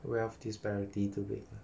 wealth disparity too big lah